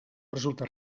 resulta